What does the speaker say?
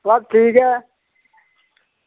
बस ठीक ऐ